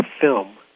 film